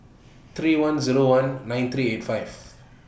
three one Zero one nine three eight five